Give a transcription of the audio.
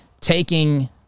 taking